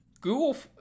Google